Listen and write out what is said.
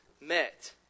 met